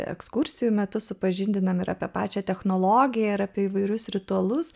ekskursijų metu supažindiname ir apie pačią technologiją ir apie įvairius ritualus